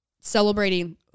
celebrating